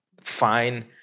fine